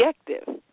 objective